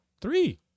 three